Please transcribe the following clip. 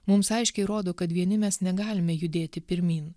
mums aiškiai rodo kad vieni mes negalime judėti pirmyn